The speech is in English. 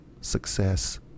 success